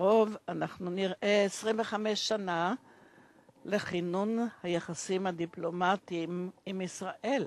בקרוב נציין 25 שנה לכינון היחסים הדיפלומטיים עם ישראל,